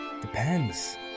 Depends